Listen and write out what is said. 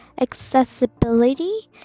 accessibility